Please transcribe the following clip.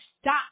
stop